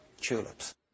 tulips